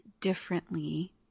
differently